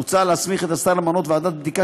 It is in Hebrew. מוצע להסמיך את השר למנות ועדת בדיקה,